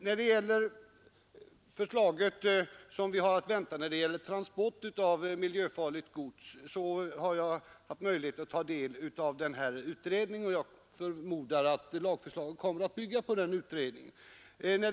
När det gäller det förslag som vi har att vänta om transport av miljöfarligt gods har jag haft möjlighet att ta del av utredningen, och jag förmodar att lagförslaget kommer att bygga på den utredningen.